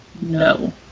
no